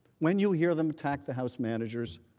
when you hear them attack the house managers,